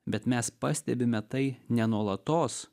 bet mes pastebime tai ne nuolatos